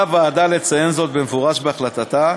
על הוועדה לציין זאת במפורש בהחלטתה,